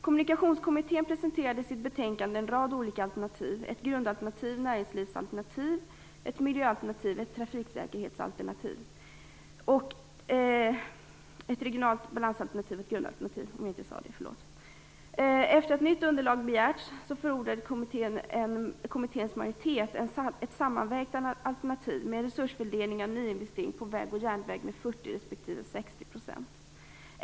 Kommunikationskommittén presenterade i sitt betänkande en rad olika alternativ; ett grundalternativ, ett näringslivsalternativ, ett miljöalternativ, ett trafiksäkerhetsalternativ och ett regionalt balansalternativ. 40 respektive 60 %.